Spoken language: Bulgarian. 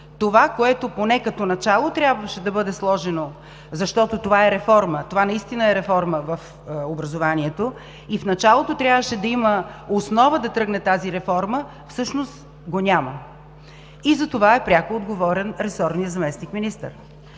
това, което поне като начало трябваше да бъде сложено, защото това е реформа, това наистина е реформа в образованието, и в началото трябваше да има основа да тръгне тази реформа, всъщност го няма. И затова е пряко отговорен ресорният заместник-министър.